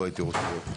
לא הייתי להגיע אליו.